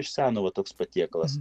iš seno va toks patiekalas